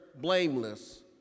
blameless